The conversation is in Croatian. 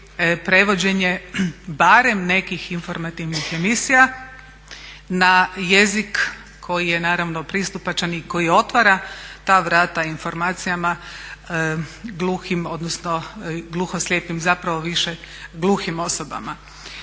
prevođenje barem nekih informativnih emisija na jezik koji je naravno pristupačan i koji otvara ta vrata informacijama gluhim odnosno gluhoslijepim, zapravo više gluhim osobama.